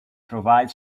provides